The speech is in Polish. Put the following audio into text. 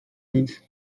nic